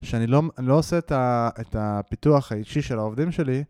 שאני לא עושה את הפיתוח האישי של העובדים שלי.